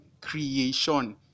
creation